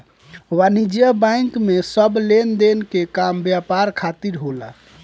वाणिज्यिक बैंक में सब लेनदेन के काम व्यापार खातिर होला